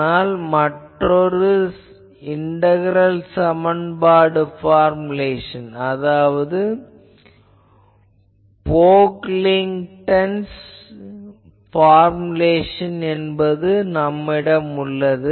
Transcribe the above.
ஆனால் மற்றொரு இண்டகரல் சமன்பாடு பார்முலேஷன் அதாவது போக்லின்க்டன்'ஸ் Pocklington's பார்முலேஷன் என்பது உள்ளது